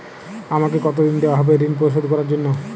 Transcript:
আমাকে কতদিন দেওয়া হবে ৠণ পরিশোধ করার জন্য?